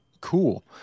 Cool